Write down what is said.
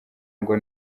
ngo